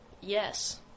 Yes